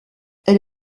elle